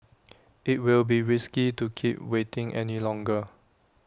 IT will be risky to keep waiting any longer